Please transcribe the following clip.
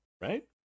right